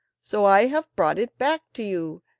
so i have brought it back to you,